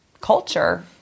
culture